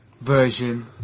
version